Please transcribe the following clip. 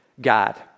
God